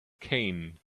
cane